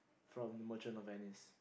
from the Merchant of Venice